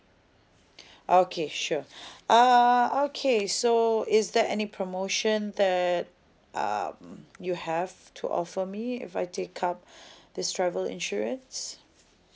okay sure uh okay so is there any promotion that um you have to offer me if I take up this travel insurance